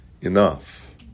enough